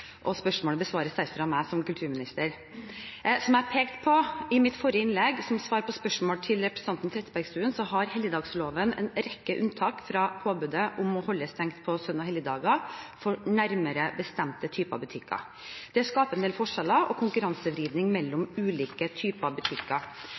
Spørsmålet besvares altså av meg som kulturminister. Som jeg pekte på i mitt forrige innlegg, som svar på spørsmålet fra representanten Trettebergstuen, har helligdagsloven en rekke unntak fra påbudet om å holde stengt på søn- og helligdager for nærmere bestemte typer butikker. Det skaper en del forskjeller og konkurransevridning mellom